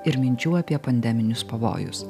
ir minčių apie pandeminius pavojus